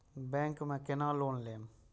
Bank में केना loan लेम?